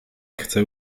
chcę